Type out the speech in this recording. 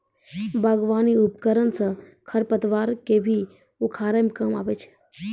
बागबानी उपकरन सँ खरपतवार क भी उखारै म काम आबै छै